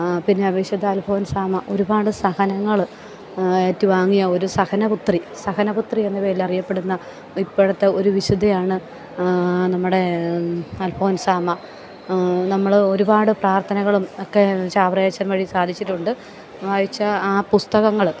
പിന്ന വിശുദ്ധ അൽഫോൻസാമ്മ ഒരുപാട് സഹനങ്ങൾ ഏറ്റുവാങ്ങിയ ഒരു സഹനപുത്രി സഹനപുത്രി എന്ന പേരിലറിയപ്പെടുന്ന ഇപ്പോളത്തെ ഒരു വിശുദ്ധയാണ് നമ്മുടെ അൽഫോൺസാമ്മ നമ്മൾ ഒരുപാട് പ്രാർത്ഥനകളും ഒക്കെ ചാവറയച്ചൻ വഴി സാധിച്ചിട്ടുണ്ട് വായിച്ച ആ പുസ്തകങ്ങൾ